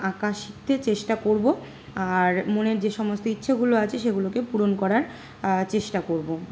আঁকা শিখতে চেষ্টা করব আর মনের যে সমস্ত ইচ্ছেগুলো আছে সেগুলোকে পূরণ করার চেষ্টা করব